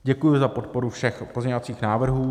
Děkuji za podporu všech pozměňovacích návrhů.